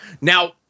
Now